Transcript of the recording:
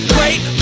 Great